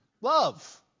love